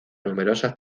numerosas